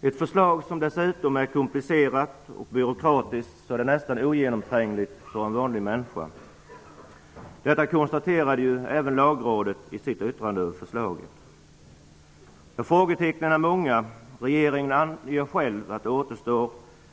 Det är ett förslag som dessutom är så komplicerat och byråkratiskt att det nästan är ogenomträngligt för en vanlig människa. Detta konstaterade även Frågetecknen är många. Regeringen medger själv att